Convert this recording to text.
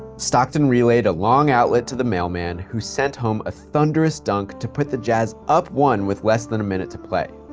stockton relayed a long outlet to the mailman who sent home a thunderous dunk to put the jazz up one with less than a minute to play.